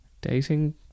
dating